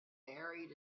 buried